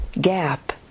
gap